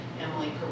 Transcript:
Emily